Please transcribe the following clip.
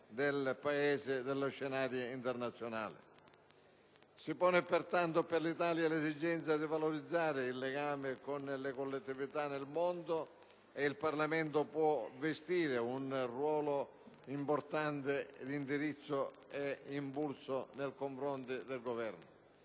del Paese nello scenario internazionale. Si pone pertanto per l'Italia l'esigenza di valorizzare il legame con le collettività nel mondo e il Parlamento può rivestire un ruolo importante di indirizzo e di impulso nei confronti del Governo.